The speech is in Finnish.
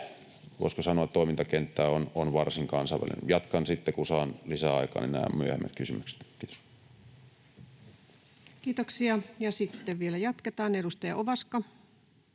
voisiko sanoa, että toimintakenttä on varsin kansainvälinen. Jatkan sitten, kun saan lisäaikaa, nämä myöhemmät kysymykset. — Kiitos. Kiitoksia. — Ja sitten vielä jatketaan. Edustaja Ovaska.